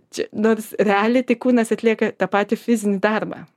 čia nors realiai tai kūnas atlieka tą patį fizinį darbą